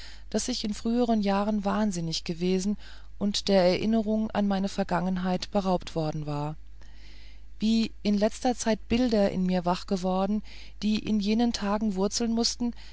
daß ich in früheren jahren wahnsinnig gewesen und der erinnerung an meine vergangenheit beraubt worden war wie in letzter zeit bilder in mir wach geworden die in jenen tagen wurzeln mußten